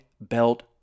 belt